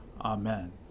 Amen